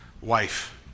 wife